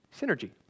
synergy